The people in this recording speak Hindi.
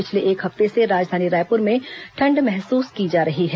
पिछले एक हफ्ते से राजधानी रायपुर में ठंड महसूस की जा रही है